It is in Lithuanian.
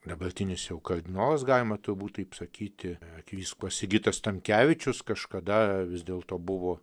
dabartinis jau kardinolas galima turbūt taip sakyti arkivyskupas sigitas tamkevičius kažkada vis dėlto buvo